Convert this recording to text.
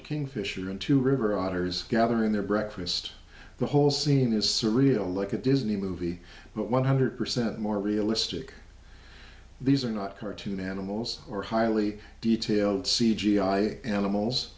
a kingfisher into river otters gathering their breakfast the whole scene is surreal like a disney movie but one hundred percent more realistic these are not cartoon animals or highly detailed c g i animals